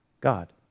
God